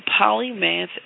Polymath